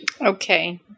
Okay